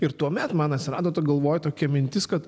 ir tuomet man atsirado ta galvoj tokia mintis kad